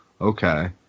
okay